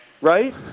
right